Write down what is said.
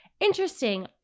Interesting